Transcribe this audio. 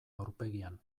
aurpegian